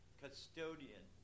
custodian